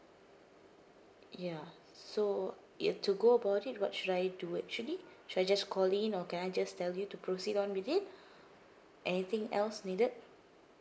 ya so it to go about it what should I do actually should I just call in or can I just tell you to proceed on with it anything else needed